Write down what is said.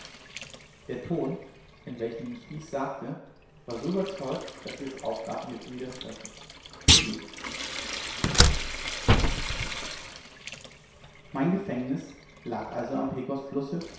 der ton in welchem ich dies sagte war so überzeugt daß sie es aufgab mir zu widersprechen sie ging mein gefängnis lag also am